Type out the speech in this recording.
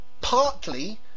partly